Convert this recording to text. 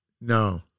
No